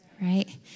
right